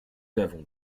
avons